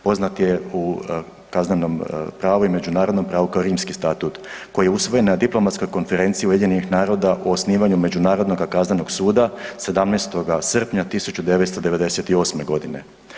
Poznat je u kaznenom pravu i međunarodnom pravu kao Rimski statut, koji je usvojen na Diplomatskoj konferenciji Ujedinjenih naroda o osnivanju Međunarodnoga kaznenog suda 17. srpnja 1998. godine.